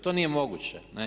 To nije moguće.